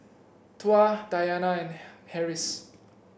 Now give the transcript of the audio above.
Tuah Dayana and Harris